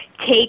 take